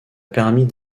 permis